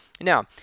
Now